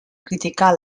criticar